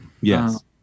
Yes